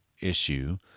issue